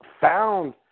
found